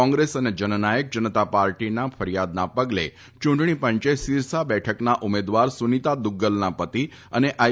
કોંગ્રેસ અને જનનાયક જનતા પાર્ટીની ફરિયાદના પગલે ચૂંટણી પંચે સીરસા બેઠકના ઉમેદવાર સુનીતા દુગ્ગલના પતિ અને આઈ